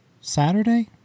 Saturday